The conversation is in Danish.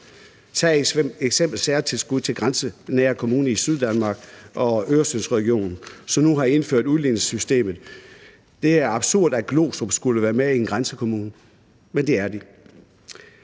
Tag eksempelvis særtilskuddet til grænsenære kommuner i Syddanmark og Øresundsregionen, som nu er indført i udligningssystemet. Det er absurd, at Glostrup Kommune skulle være en grænsekommune, men det er den.